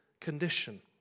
condition